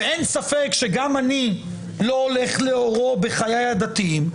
ואין ספק שגם אני לא הולך לאורו בחיי הדתיים.